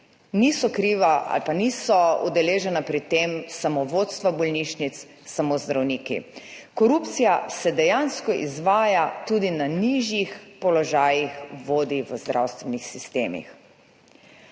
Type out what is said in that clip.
Niso kriva ali pa niso udeležena pri tem samo vodstva bolnišnic, samo zdravniki. Korupcija se dejansko izvaja tudi na nižjih položajih vodij v zdravstvenih sistemih.